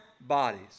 bodies